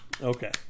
Okay